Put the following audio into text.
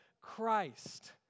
Christ